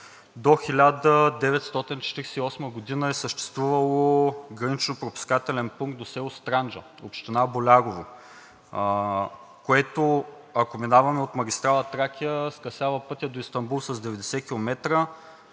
до 1948 г. е съществувал гранично-пропускателен пункт до село Странджа, община Болярово, което, ако минаваме от магистрала „Тракия“, скъсява пътя до Истанбул с 90